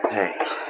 Thanks